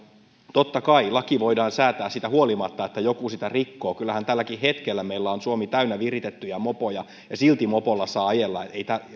totta kai laki voidaan säätää siitä huolimatta että joku sitä rikkoo kyllähän tälläkin hetkellä meillä on suomi täynnä viritettyjä mopoja ja silti mopolla saa ajella